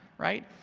right?